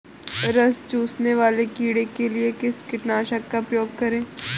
रस चूसने वाले कीड़े के लिए किस कीटनाशक का प्रयोग करें?